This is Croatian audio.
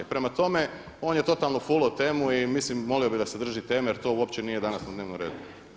Prema tome, on je totalno fulo temu i molio bi da se drži teme jer to uopće nije danas na dnevnom redu.